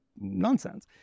nonsense